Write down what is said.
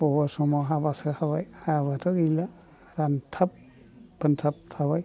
बबेबा समाव हाबासो हाबाय हायाबाथ' गैला रानथाब थानथाब थाबाय